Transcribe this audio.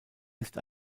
ist